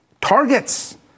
targets